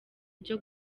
byo